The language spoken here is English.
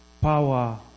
power